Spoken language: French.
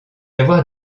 avoir